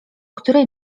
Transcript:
której